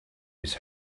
his